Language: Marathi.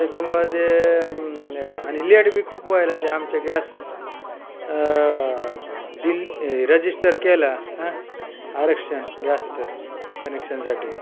त्याच्यामुळं ते आणि लेट बी खूप व्हायला ते आमचे गॅस दिल रजिस्टर केला ह आरक्षण गॅसचं कनेक्शनसाठी